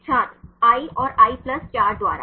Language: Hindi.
छात्र i और i 4 द्वारा